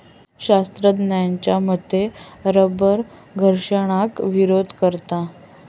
शास्त्रज्ञांच्या मते रबर घर्षणाक विरोध करता